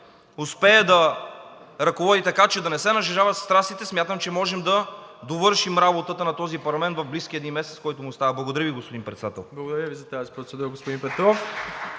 успее да ръководи така, че да не се нажежават страстите, смятам, че можем да довършим работата на този парламент в близкия един месец, който му остава. Благодаря Ви, господин Председател. (Ръкопляскания от